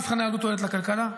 מבחני עלות-תועלת לכלכלה,